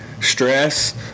stress